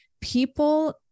people